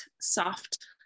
soft